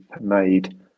made